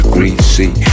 Greasy